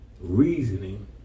reasoning